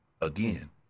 Again